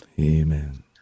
Amen